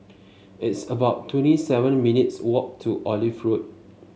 it's about twenty seven minutes' walk to Olive Road